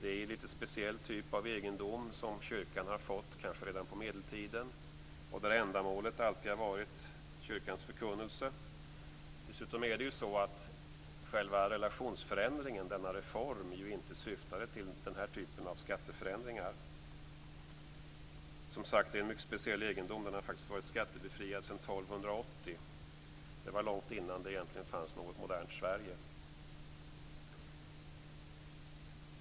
Det är en speciell typ av egendom, som kyrkan har fått kanske redan på medeltiden och vars ändamål alltid har varit kyrkans förkunnelse. Dessutom är det så att själva relationsförändringen eller reformen inte syftade till den här typen av skatteförändringar. Det är, som sagt, en mycket speciell egendom, som faktiskt har varit skattebefriad sedan 1280. Det var långt innan det egentligen fanns något modernt Sverige.